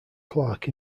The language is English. clerk